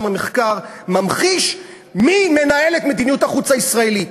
המחקר ממחיש מי מנהל את מדיניות החוץ הישראלית.